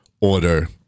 order